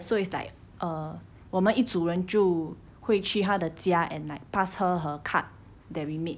so it's like err 我们一组人就会去她的家 at night passed her her card that we made